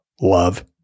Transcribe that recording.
love